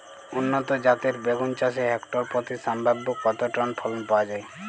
উন্নত জাতের বেগুন চাষে হেক্টর প্রতি সম্ভাব্য কত টন ফলন পাওয়া যায়?